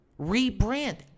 Rebrand